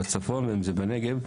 בצפון או בנגב,